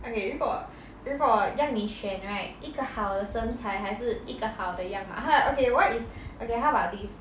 okay 如果如果要你选 right 一个好的身材还是一个好的样貌 ha okay what is okay how about this